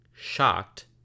shocked